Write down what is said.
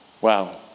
Wow